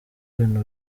ibintu